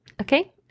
Okay